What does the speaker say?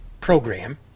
program